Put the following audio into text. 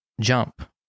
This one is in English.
jump